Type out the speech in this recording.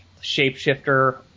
shapeshifter